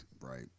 Right